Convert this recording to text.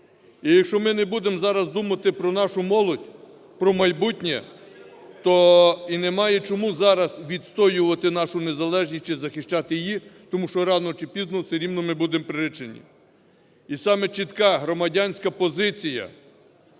І якщо ми не будемо зараз думати про нашу молодь, про майбутнє, то і немає чому зараз відстоювати нашу незалежність чи захищати її, тому що рано чи пізно все рівно ми будемо приречені. І саме чітка громадянська позиція,